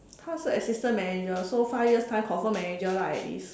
他是 assistant manager so five years time confirm manager lah at least